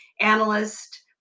analyst